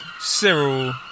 cyril